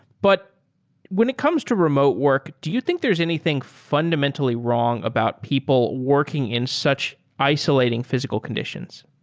but when it comes to remote work, do you think there's anything fundamentally wrong about people working in such isolating physical conditions?